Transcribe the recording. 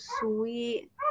sweet